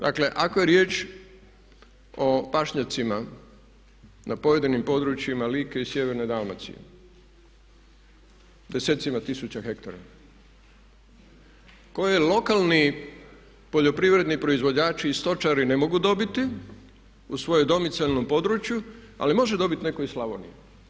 Dakle ako je riječ o pašnjacima na pojedinim područjima Like i sjeverne Dalmacije, desecima tisuća hektara koje lokalni poljoprivredni proizvođači i stočari ne mogu dobiti u svojem domicilno području ali može dobiti netko iz Slavonije.